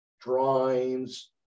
drawings